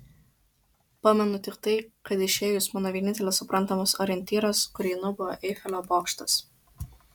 pamenu tik tai kad išėjus mano vienintelis suprantamas orientyras kur einu buvo eifelio bokštas